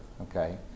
okay